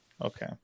Okay